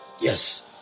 yes